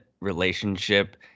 relationship